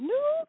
New